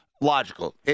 logical